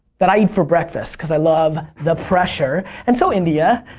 that i eat for breakfast because i love the pressure. and so india,